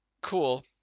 Cool